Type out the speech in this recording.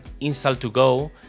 install-to-go